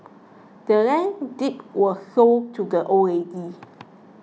the land's deed was sold to the old lady